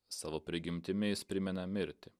savo prigimtimi jis primena mirtį